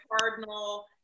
Cardinal